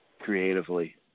creatively